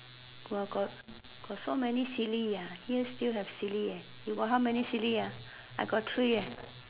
!whoa! got got so many silly ah here still have silly eh you got how many silly ah I got three eh